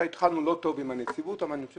התחלנו לא טוב עם הנציבות אבל אני חושב